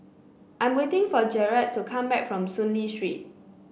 I'm waiting for Jarett to come back from Soon Lee Street